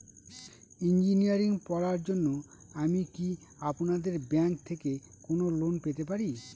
Engineering পড়ার জন্য আমি কি আপনাদের ব্যাঙ্ক থেকে কোন লোন পেতে পারি?